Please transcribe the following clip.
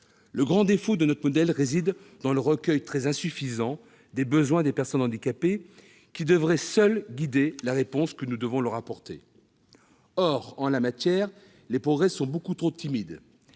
Le grand défaut de notre modèle réside dans l'écoute très insuffisante des besoins des personnes handicapées, qui devraient seuls guider la réponse que nous devons leur apporter. Or, en la matière, les progrès sont beaucoup trop timides.